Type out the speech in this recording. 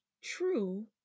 true